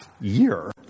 year